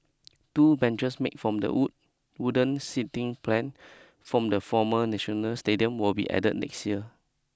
two benches made from the wood wooden seating plan from the former National Stadium will be added next year